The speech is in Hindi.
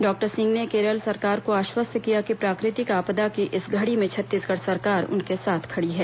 डॉक्टर सिंह ने केरल सरकार को आश्वस्त किया कि प्राकृतिक आपदा की इस घड़ी में छत्तीसगढ़ सरकार उनके साथ खड़ी है